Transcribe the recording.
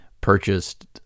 purchased